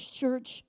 church